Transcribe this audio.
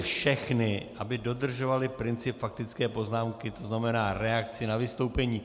Prosím všechny, aby dodržovali princip faktické poznámky, to znamená reakci na vystoupení.